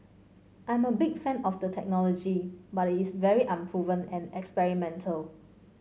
I am a big fan of the technology but it is very unproven and experimental